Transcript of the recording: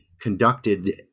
conducted